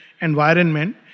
environment